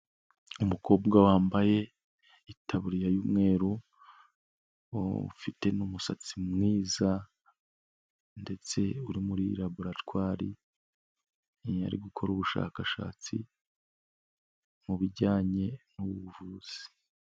Umukobwa wambaye itaburiya y'umweru, ufite n'umusatsi mwiza ndetse uri muri raboratwari ari gukora ubushakashatsi mu bijyanye n'ubuvuzi.